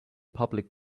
public